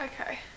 Okay